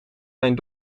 mijn